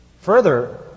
Further